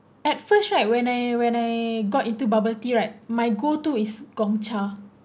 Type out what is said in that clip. at first right when I when I got into bubble tea right my go to is Gongcha